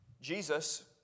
Jesus